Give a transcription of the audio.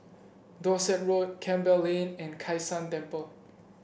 Dorset Road Campbell Lane and Kai San Temple